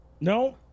No